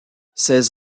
ces